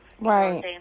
Right